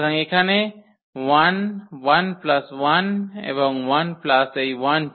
সুতরাং এখানে 1 1 প্লাস 1 এবং 1 প্লাস এই 1 টি